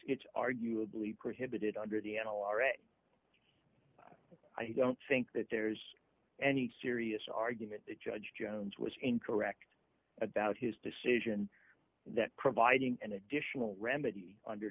it's arguably prohibited under the an alarm i don't think that there is any serious argument that judge jones was incorrect about his decision that providing an additional remedy under